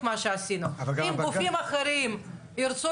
ושל סעיף 13 לחוק איסור